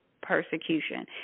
persecution